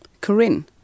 Corinne